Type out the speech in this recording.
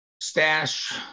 Stash